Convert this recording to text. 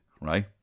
right